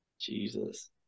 Jesus